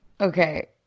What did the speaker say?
Okay